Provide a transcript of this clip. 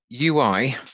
UI